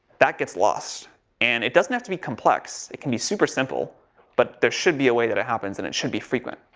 that gets lost and it doesn't have to be complex. it can be super simple but there should be a way that it happens and it shoulder be frequent.